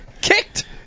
kicked